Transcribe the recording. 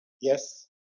Yes